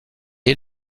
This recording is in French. est